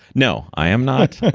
no, i am not.